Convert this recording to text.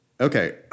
Okay